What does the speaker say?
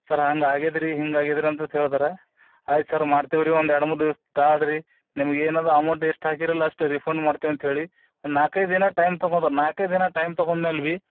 sir ಹಂಗೆ ಆಗೆದ್ರಿ ಹಿಂಗೆ ಆಗೆದ್ರಿ ಅಂತಂತ ಹೇಳದ್ರು ಆಯ್ತು ಸರ್ ಮಾಡ್ತಿವ್ರಿ ಒಂದೆರಡು ಮೂರು ದಿವಸ ತಾಳಿರಿ ನಿಮಗೆ ಏನಿದೆ ಅಮೌಂಟ್ ಎಷ್ಟು ಹಾಕಿದ್ರಲ್ಲ ಅಷ್ಟು ರೀಫಂಡ್ ಮಾಡ್ತಿವಿ ಅಂತೇಳಿ ಒಂದು ನಾಲ್ಕೈದು ದಿನ ಟೈಮ್ ತೊಗೊಂಡ್ರು ನಾಲ್ಕೈದು ದಿನ ತೊಗೊಂಡ ಮೇಲೆ ಭಿ